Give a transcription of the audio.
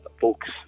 books